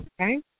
Okay